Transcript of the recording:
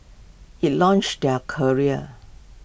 IT launched their careers